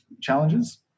challenges